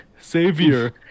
savior